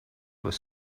were